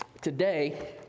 Today